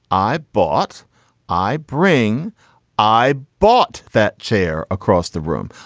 i bought i bring i bought that chair across the room.